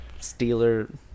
Steeler